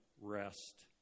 rest